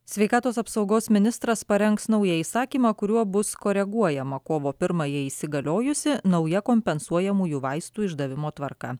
sveikatos apsaugos ministras parengs naują įsakymą kuriuo bus koreguojama kovo pirmajai įsigaliojusi nauja kompensuojamųjų vaistų išdavimo tvarka